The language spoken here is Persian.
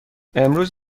امروز